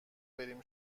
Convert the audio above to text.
بریم